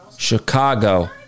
Chicago